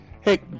Hey